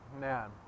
Man